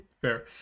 Fair